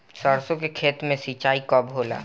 सरसों के खेत मे सिंचाई कब होला?